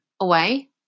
away